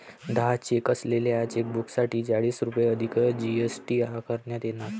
दहा चेक असलेल्या चेकबुकसाठी चाळीस रुपये अधिक जी.एस.टी आकारण्यात येणार